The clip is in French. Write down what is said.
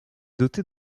dotée